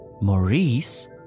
Maurice